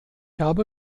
habe